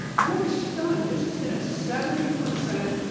and i was stunned. this is in a seventy percent